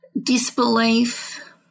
disbelief